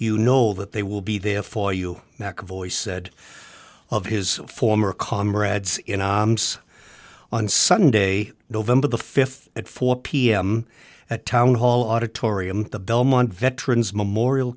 you know that they will be there for you mcavoy said of his former comrades in arms on sunday november the fifth at four pm at town hall auditorium the belmont veterans memorial